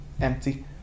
empty